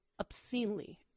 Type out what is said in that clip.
obscenely